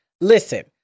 listen